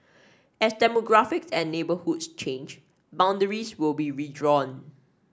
as demographics and neighbourhoods change boundaries will be redrawn